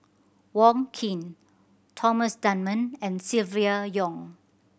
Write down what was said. Wong Keen Thomas Dunman and Silvia Yong